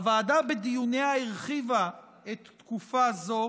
הוועדה בדיוניה הרחיבה את תקופה זו